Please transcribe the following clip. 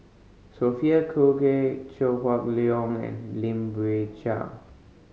Sophia Cooke Chew Hock Leong and Lim Biow Chuan